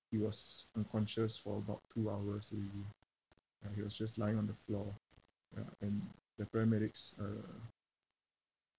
he was unconscious for about two hours already ya he was just lying on the floor ya and the paramedics uh